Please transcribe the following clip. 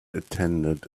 attended